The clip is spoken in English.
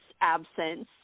absence